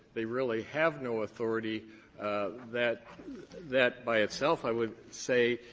they really have no authority that that by itself, i would say,